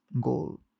goal